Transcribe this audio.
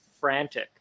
frantic